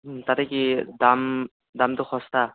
তাতে কি দাম দামটো সস্তা